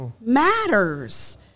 matters